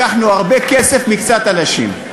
לקחנו הרבה כסף מקצת אנשים.